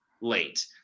late